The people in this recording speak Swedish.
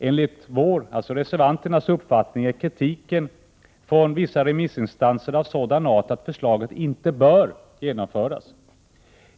Enligt reservanternas uppfattning är kritiken från vissa remissinstanser av sådan art att förslaget inte bör genomföras.